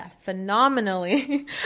phenomenally